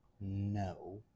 no